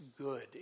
good